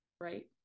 right